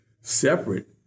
Separate